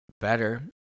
better